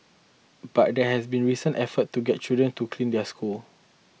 but there have been recent efforts to get children to clean their schools